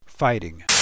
Fighting